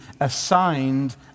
assigned